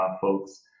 folks